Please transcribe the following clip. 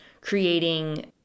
creating